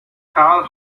karl